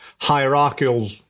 Hierarchical